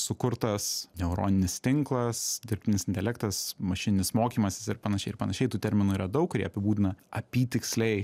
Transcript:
sukurtas neuroninis tinklas dirbtinis intelektas mašininis mokymasis ir panašiai ir panašiai tų terminų yra daug kurie apibūdina apytiksliai